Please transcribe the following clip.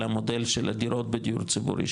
על המודל של הדירות בדיור ציבורי,